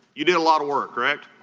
you did a lot of work, correct?